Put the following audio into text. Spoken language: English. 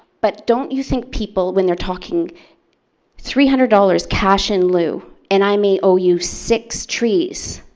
but don't you think people when you're talking three hundred dollars cash in lieu and i may owe you six trees,